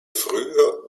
früher